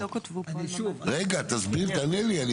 תענה לי.